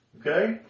Okay